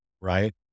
right